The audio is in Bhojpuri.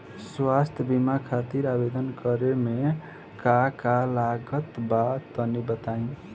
स्वास्थ्य बीमा खातिर आवेदन करे मे का का लागत बा तनि बताई?